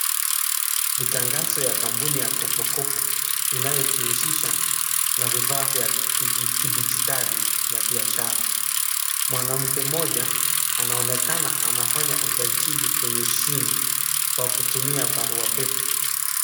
Mitangazo ya kampuni ya kopokopo, inayojihusisha na vifaa vya kidigitali ya biashara. Mwanamke moja anaonekana anafanya usajili kwenye simu kwa kutumia barua pepe.